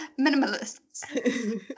Minimalist